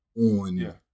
on